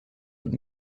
und